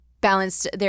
balanced